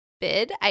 bid